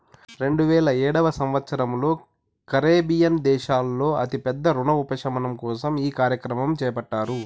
రెండువేల ఏడవ సంవచ్చరంలో కరేబియన్ దేశాల్లో అతి పెద్ద రుణ ఉపశమనం కోసం ఈ కార్యక్రమం చేపట్టారు